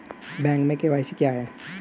Bank में KYC क्या है?